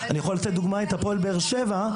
אני יכול לתת דוגמא את הפועל באר שבע,